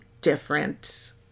different